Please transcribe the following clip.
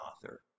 author